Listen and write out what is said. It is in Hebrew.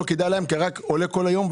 ולא כדאי להם למכור כי המחיר עולה בכל יום,